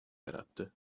yarattı